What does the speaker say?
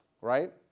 right